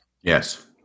Yes